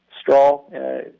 straw